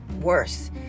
worse